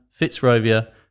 Fitzrovia